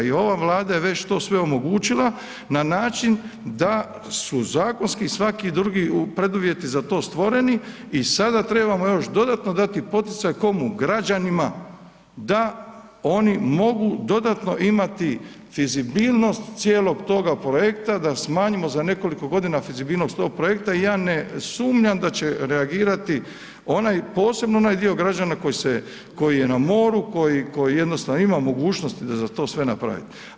I ova Vlada je već sve to omogućila na način da su zakonski i svaki drugi preduvjeti za to stvoreni i sada trebamo još dodatno dati poticaj, komu, građanima da oni mogu dodatno mogu imati fizibilnost cijelog toga projekta, da smanjimo za nekoliko godina fizibilnost tog projekta i ja ne sumnjam da će reagirati onaj, posebno onaj dio građana koji se, koji je na moru koji jednostavno ima mogućnosti za sve to napraviti.